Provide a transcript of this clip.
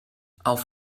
auf